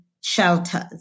shelters